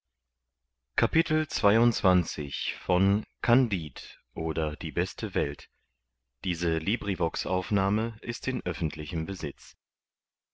oder die beste welt mit